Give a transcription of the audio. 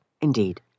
Indeed